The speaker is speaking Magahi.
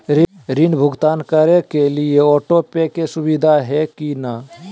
ऋण भुगतान करे के लिए ऑटोपे के सुविधा है की न?